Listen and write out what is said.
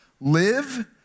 live